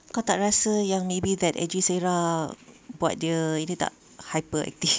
kau tak rasa yang maybe that A_J Sarah buat dia ini tak hyperactive